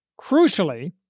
Crucially